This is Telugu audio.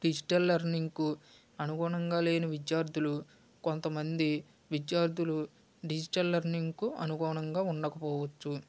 డిజిటల్ లెర్నింగ్కు అనుగుణంగా లేని విద్యార్థులు కొంతమంది విద్యార్థులు డిజిటల్ లెర్నింగ్కు అనుగుణంగా ఉండకపోవచ్చు